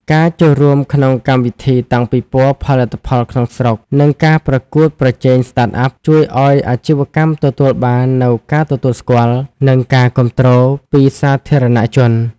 ការចូលរួមក្នុងកម្មវិធីតាំងពិព័រណ៍ផលិតផលក្នុងស្រុក និងការប្រកួតប្រជែង Startup ជួយឱ្យអាជីវកម្មទទួលបាននូវការទទួលស្គាល់ និងការគាំទ្រពីសាធារណជន។